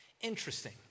Interesting